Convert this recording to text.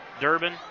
Durbin